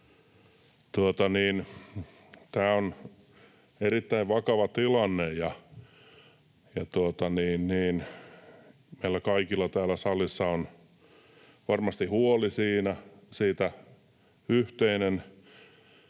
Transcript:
Tämä on erittäin vakava tilanne, ja meillä kaikilla täällä salissa on varmasti siitä yhteinen